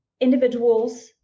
individuals